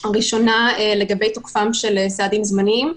הראשונה, לגבי תוקפם של סעדים זמניים,